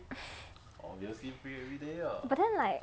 but then like